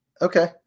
Okay